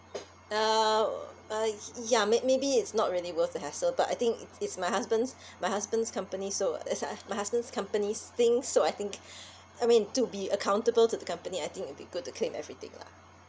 uh uh ya may~ maybe it's not really worth the hassle but I think it's it's my husband's my husband's company so that's my my husband's company's things so I think I mean to be accountable to the company I think it'll be good to claim everything lah